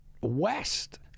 West